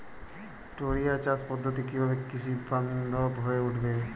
টোরিয়া চাষ পদ্ধতি কিভাবে কৃষকবান্ধব হয়ে উঠেছে?